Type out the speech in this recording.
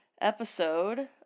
Episode